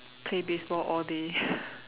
play baseball all day